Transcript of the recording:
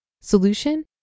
Solution